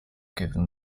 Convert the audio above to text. given